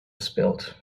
spilled